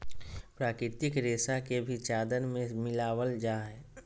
प्राकृतिक रेशा के भी चादर में मिलाबल जा हइ